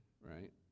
right